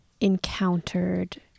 encountered